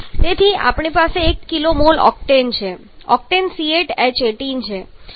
તેથી આપણી પાસે 1 kmol ઓક્ટેન છે ઓક્ટેન C8H18 છે